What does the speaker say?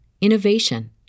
innovation